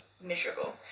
miserable